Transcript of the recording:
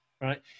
right